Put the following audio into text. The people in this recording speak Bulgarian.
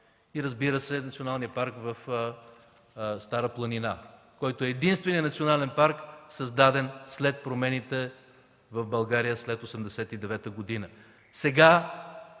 и, разбира се, Националният парк „Стара планина”, който е единственият национален парк, създаден след промените в България, след промените